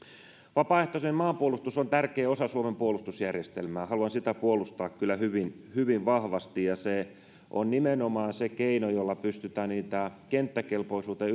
vapaaehtoinen maanpuolustus on tärkeä osa suomen puolustusjärjestelmää haluan sitä puolustaa kyllä hyvin hyvin vahvasti se on nimenomaan se keino jolla pystytään niitä kenttäkelpoisuutta